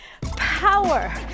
power